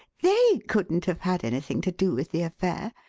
they couldn't have had anything to do with the affair,